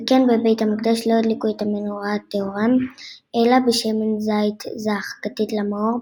וכן בבית המקדש לא הדליקו את המנורה הטהורה אלא בשמן זית זך כתית למאור,